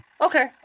Okay